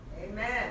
Amen